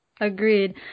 Agreed